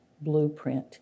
blueprint